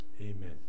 Amen